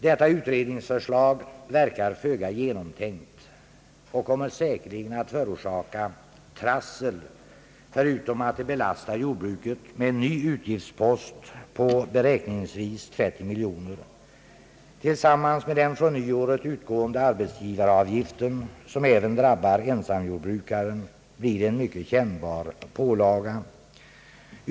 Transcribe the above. Detta utredningsförslag verkar föga genomtänkt och kommer säkerligen att förorsaka trassel, förutom att det belastar jordbruket med en ny utgiftspost på beräkningsvis 30 miljoner kronor. Tillsammans med den från nyåret utgående arbetsgivaravgiften, som även drabbar ensamjordbrukaren, blir det en mycket kännbar pålaga.